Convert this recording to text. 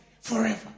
forever